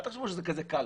אל תחשבו שזה כזה קל